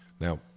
Now